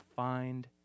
find